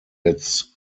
its